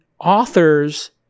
authors